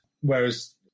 Whereas